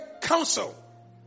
counsel